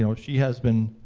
you know she has been